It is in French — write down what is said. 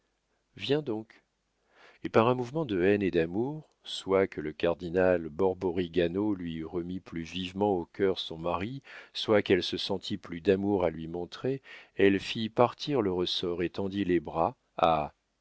viens donc et par un mouvement de haine et d'amour soit que le cardinal borborigano lui eût remis plus vivement au cœur son mari soit qu'elle se sentît plus d'amour à lui montrer elle fit partir le ressort et tendit les bras à